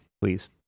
please